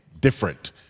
different